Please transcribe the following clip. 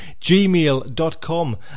gmail.com